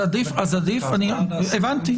הבנתי,